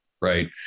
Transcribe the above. right